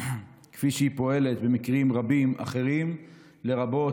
כפי שהיא פועלת במקרים רבים אחרים, לרבות,